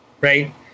right